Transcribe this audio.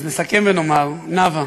אז נסכם ונאמר, נאוה,